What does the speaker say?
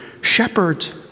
shepherds